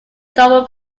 double